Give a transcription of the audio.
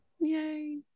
yay